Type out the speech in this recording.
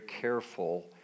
careful